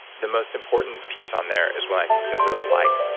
the most important piece on there is when i think you really like.